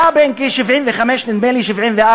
היה בן כ-75, נדמה לי, 74,